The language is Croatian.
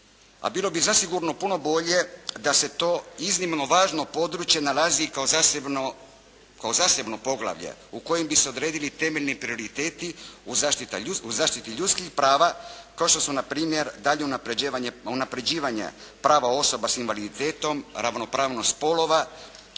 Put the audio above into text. a bilo bi zasigurno puno bolje da se to iznimno važno područje nalazi kao zasebno poglavlje u kojem bi se odredili temeljni prioriteti u zaštiti ljudskih prava kao što su na primjer daljnje unapređivanje prava osoba sa invaliditetom, ravnopravnost spolova,